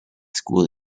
school